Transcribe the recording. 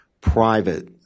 private